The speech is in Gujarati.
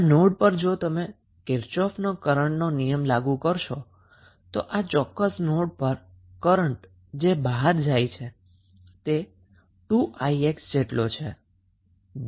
આમ આ નોડ પર જો તમે કિર્ચોફનો કરન્ટનો નિયમ લાગુ કરશો તો પ્રથમ વસ્તુ એ છે કે આ ચોક્કસ નોડ પર કરન્ટ જે બહાર જાય છે તે 2𝑖𝑥 જેટલો છે